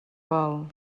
val